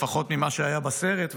לפחות ממה שהיה בסרט,